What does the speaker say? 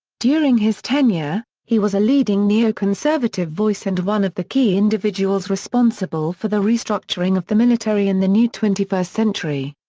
during his tenure, he was a leading neoconservative voice and one of the key individuals responsible for the restructuring of the military in the new twenty first century.